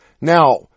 Now